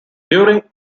during